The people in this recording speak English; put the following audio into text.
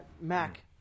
Mac